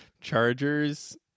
Chargers